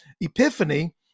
Epiphany